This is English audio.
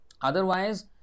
Otherwise